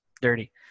dirty